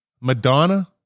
Madonna